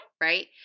Right